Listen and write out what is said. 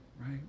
right